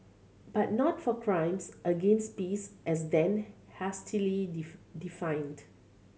but not for crimes against peace as then hastily defined